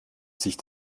sich